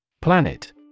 Planet